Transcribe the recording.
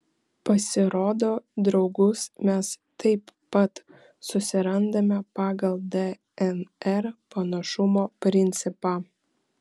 pasirodo draugus mes taip pat susirandame pagal dnr panašumo principą